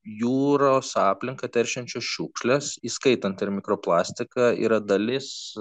jūros aplinką teršiančios šiukšlės įskaitant ir mikroplastiką yra dalis